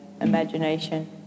imagination